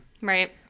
Right